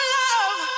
love